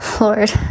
lord